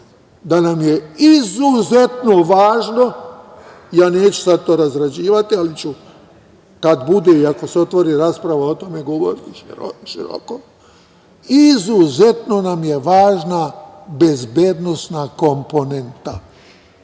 da nam je izuzetno važno, ja neću sad to razrađivati, ali ću kad bude i ako se otvori rasprava o tome govoriti široko, izuzetno nam je važna bezbednosna komponenta. Imamo